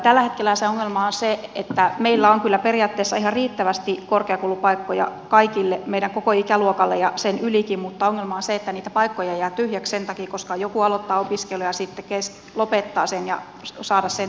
tällä hetkellä se ongelma on se että meillä on kyllä periaatteessa ihan riittävästi korkeakoulupaikkoja kaikille meidän koko ikäluokalle ja sen ylikin mutta ongelma on se että niitä paikkoja jää tyhjäksi sen takia koska joku aloittaa opiskelun ja sitten lopettaa sen ja voi saada sen toisen paikan itsellensä